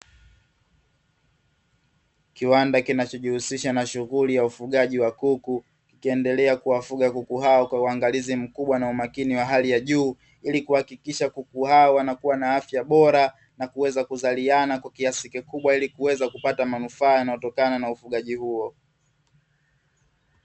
Kiwanda kinachojihusisha na shughuli ya ufugaji wa kuku, kikiendelea kuwafuga kuku hao kwa uangalizi mkubwa na umakini wa hali ya juu ili kuhakikisha kuku hao wanakuwa na afya bora na kuweza kuzaliana kwa kiasi kikubwa, ili kuweza kupata manufaa yanayotokana na ufugaji huo.